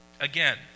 again